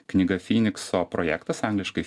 knyga fynikso projektas angliškai